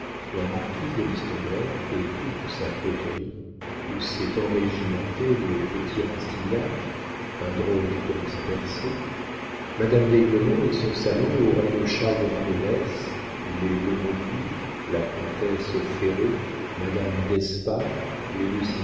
la marquise de listomère et toute sa coterie où s'est enrégimenté le petit rastignac un drôle qui commence à percer madame d'aiglemont et son salon où règne charles de vandenesse les lenoncourt la comtesse féraud madame d'espard